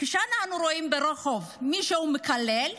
כשאנחנו רואים ברחוב מישהו מקלל,